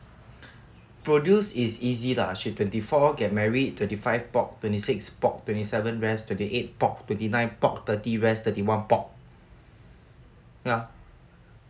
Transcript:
produce is easy lah she twenty four get married twenty five pop twenty six pop twenty seven rest twenty eight pop twenty nine pop thirty rest thirty one pop ya